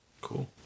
Cool